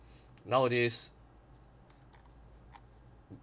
nowadays